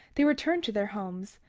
they returned to their homes,